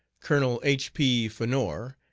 colonel h. p. fanorr,